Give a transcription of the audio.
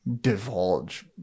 divulge